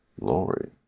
Lori